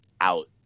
out